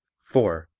four.